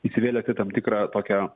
įsivėlęs į tam tikrą tokią